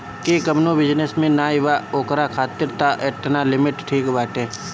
जे कवनो बिजनेस में नाइ बा ओकरा खातिर तअ एतना लिमिट ठीक बाटे